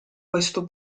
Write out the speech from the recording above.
questo